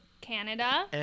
Canada